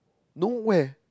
no where